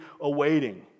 awaiting